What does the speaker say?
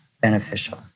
beneficial